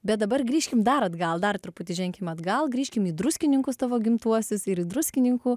bet dabar grįžkim dar atgal dar truputį ženkim atgal grįžkim į druskininkus savo gimtuosius ir į druskininkų